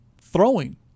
throwing